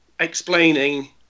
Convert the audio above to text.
explaining